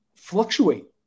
fluctuate